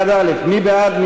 1א, מי בעד?